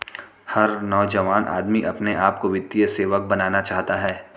हर नौजवान आदमी अपने आप को वित्तीय सेवक बनाना चाहता है